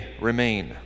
remain